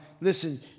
listen